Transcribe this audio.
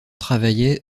travaillaient